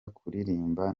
kuririmba